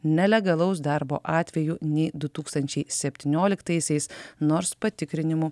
nelegalaus darbo atvejų nei du tūkstančiai septynioliktaisiais nors patikrinimų